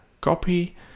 copy